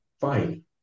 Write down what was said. fine